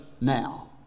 now